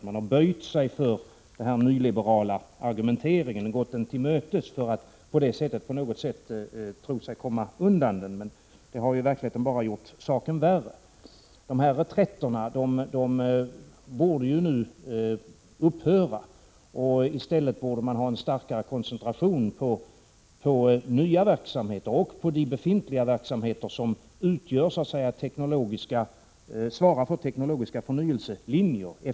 Man har böjt sig för den nyliberala argumenteringen och gått den till mötes därför att man på så sätt trott sig komma undan den. Men det har i verkligheten bara gjort saken värre. Reträttänkandet borde nu upphöra. I stället borde man ha en starkare koncentration på nya verksamheter och på de befintliga verksamheter som svarar för den teknologiska förnyelselinjen.